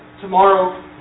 Tomorrow